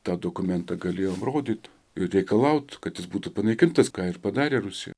tą dokumentą galėjom rodyt ir reikalaut kad jis būtų panaikintas ką ir padarė rusija